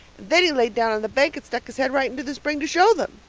then he laid down on the bank and stuck his head right into the spring to show them.